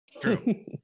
True